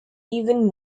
even